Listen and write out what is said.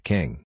King